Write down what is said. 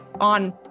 on